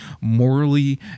morally